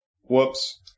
Whoops